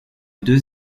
deux